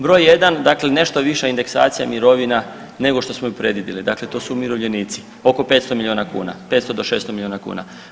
Broj jedan, dakle nešto viša indeksacija mirovina nego što smo ju predvidjeli, dakle to su umirovljenici oko 500 miliona kuna 500 do 600 miliona kuna.